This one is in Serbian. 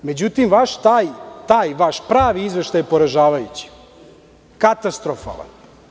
Međutim, taj vaš pravi izveštaj je poražavajući, katastrofalan.